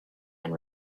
and